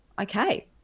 okay